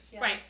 Right